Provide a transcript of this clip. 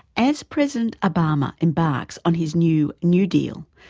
as president obama embarks on his new new deal,